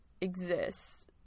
exists